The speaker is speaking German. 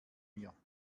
mir